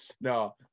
no